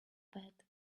bed